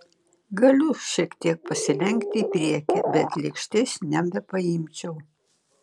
galiu šiek tiek pasilenkti į priekį bet lėkštės nebepaimčiau